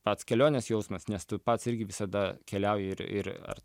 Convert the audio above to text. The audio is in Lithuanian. pats kelionės jausmas nes tu pats irgi visada keliauji ir ir ar